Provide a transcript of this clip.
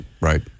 right